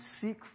seek